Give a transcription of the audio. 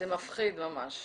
זה מפחיד ממש.